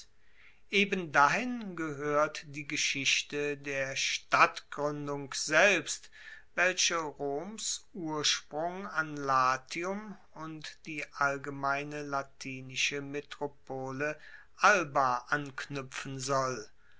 ebendahin gehoert die geschichte der stadtgruendung selbst welche roms ursprung an latium und die allgemeine latinische metropole alba anknuepfen soll